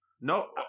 No